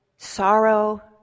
Sorrow